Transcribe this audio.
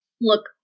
Look